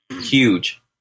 Huge